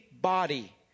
body